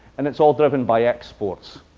and it's all driven by exports.